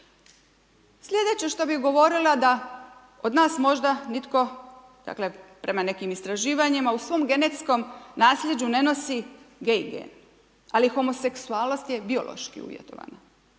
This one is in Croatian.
Slijedeće što bih govorila da od nas možda nitko, dakle prema nekim istraživanjima u svom genetskom nasljeđu ne nosi gej gen, ali homoseksualnost je biološki uvjetovana.